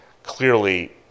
clearly